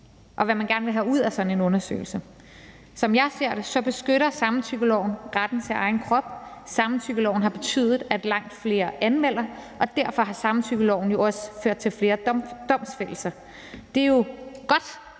og hvad man gerne vil have ud af sådan en undersøgelse. Som jeg ser det, beskytter samtykkeloven retten til egen krop, og samtykkeloven har betydet, at langt flere anmelder, og derfor har samtykkeloven også ført til flere domfældelser. Det er jo godt